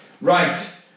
Right